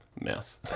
mess